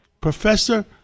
Professor